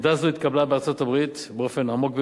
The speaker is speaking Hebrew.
עמדה זו התקבלה בארצות-הברית באופן עמוק ביותר.